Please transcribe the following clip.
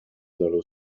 dallo